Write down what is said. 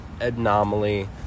anomaly